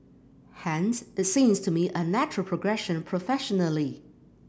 hence it seems to me a natural progression professionally